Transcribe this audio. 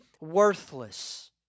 worthless